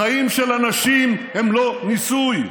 חיים של אנשים הם לא ניסוי.